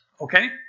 okay